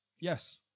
Yes